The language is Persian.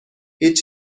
هیچ